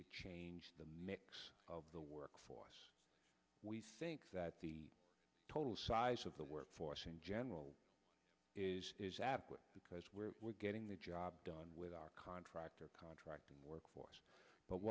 to change the mix of the workforce we think that the total size of the workforce in general is adequate because we're getting the job done with our contractor contracting workforce but